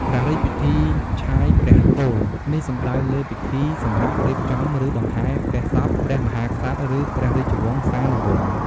ព្រះរាជពិធីឆាយព្រះគោល នេះសំដៅលើពិធីសម្រាប់រៀបចំ ឬដង្ហែព្រះសពព្រះមហាក្សត្រ ឬព្រះរាជវង្សានុវង្ស។